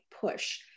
push